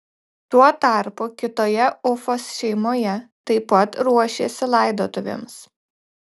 tuo tarpu kitoje ufos šeimoje taip pat ruošėsi laidotuvėms